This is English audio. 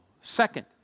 Second